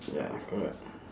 ya correct